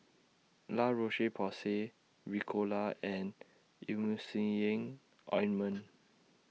La Roche Porsay Ricola and Emulsying Ointment